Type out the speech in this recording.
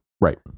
Right